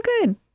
good